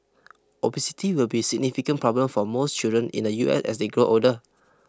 obesity will be a significant problem for most children in the U S as they grow older